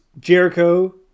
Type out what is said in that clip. Jericho